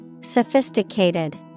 Sophisticated